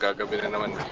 government and and